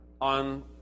on